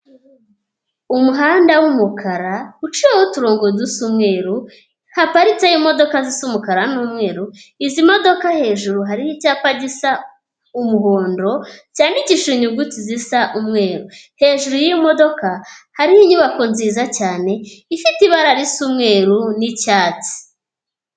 Umuhanda w'umukara uciyeho uturongo dusa umweru, haparitseye imodoka zisa umukara n'umweru, izi modoka hejuru hariho icyapa gisa umuhondo cyandikisheje inyuguti zisa umweru, hejuru y'imodoka hariho inyubako nziza cyane ifite ibara risa umweru n'icyatsi.